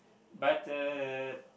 but uh